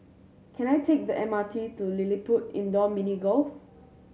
can I take the M R T to LilliPutt Indoor Mini Golf